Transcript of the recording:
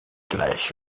gleich